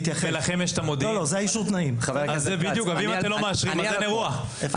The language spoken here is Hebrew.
אם אתם לא מאשרים, אז אין אירוע.